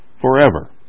forever